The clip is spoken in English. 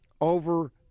over